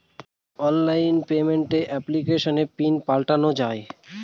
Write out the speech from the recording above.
online payment এপ্লিকেশনে PIN পাল্টানো যায়